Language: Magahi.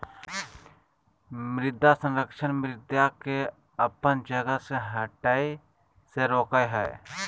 मृदा संरक्षण मृदा के अपन जगह से हठय से रोकय हइ